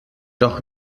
doch